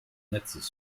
netzes